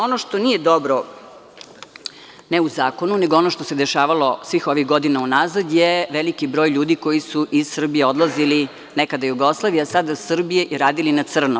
Ono što nije dobro, ne u zakonu, nego ono što se dešavalo svih ovih godina unazad, je veliki broj ljudi koji su iz Srbije odlazili, nekada Jugoslavije a sada Srbije, i radili na crno.